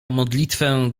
modlitwę